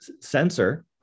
sensor